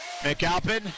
McAlpin